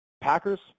Packers –